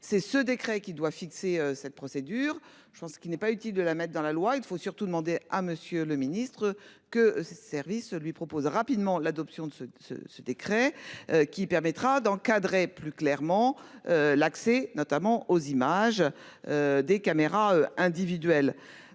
C'est ce décret qui doit fixer cette procédure. Je pense qu'il n'est pas utile de la mettre dans la loi, il faut surtout demander à monsieur le ministre que ses services lui propose rapidement l'adoption de ce ce ce décret qui permettra d'encadrer plus clairement l'accès notamment aux images. Des caméras individuelles